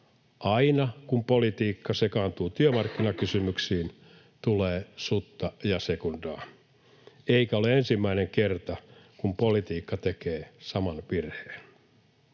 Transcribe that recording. aina kun politiikka sekaantuu työmarkkinakysymyksiin, tulee sutta ja sekundaa, eikä ole ensimmäinen kerta, kun politiikka tekee saman virheen.